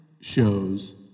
shows